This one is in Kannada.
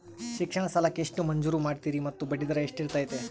ಶಿಕ್ಷಣ ಸಾಲಕ್ಕೆ ಎಷ್ಟು ಮಂಜೂರು ಮಾಡ್ತೇರಿ ಮತ್ತು ಬಡ್ಡಿದರ ಎಷ್ಟಿರ್ತೈತೆ?